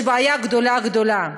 יש בעיה גדולה גדולה.